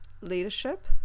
leadership